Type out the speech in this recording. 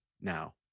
now